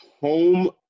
home